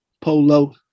polo